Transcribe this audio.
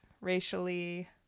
racially